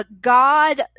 God